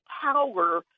power